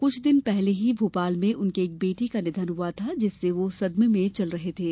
कुछ दिन पूर्व ही भोपाल में उनके एक बेटे का निधन हुआ था जिससे वह सदमे में चल रहे थे